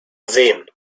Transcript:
sehen